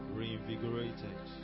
reinvigorated